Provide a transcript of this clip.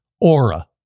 Aura